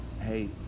hey